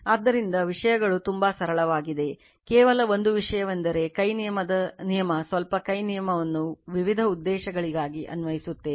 ಆದ್ದರಿಂದ ವಿಷಯಗಳು ತುಂಬಾ ಸರಳವಾಗಿದೆ ಕೇವಲ ಒಂದು ವಿಷಯವೆಂದರೆ ಕೈ ನಿಯಮ ಸ್ವಲ್ಪ ಕೈ ನಿಯಮವನ್ನು ವಿವಿಧ ಉದ್ದೇಶಗಳಿಗಾಗಿ ಅನ್ವಯಿಸುತ್ತೇವೆ